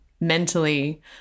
mentally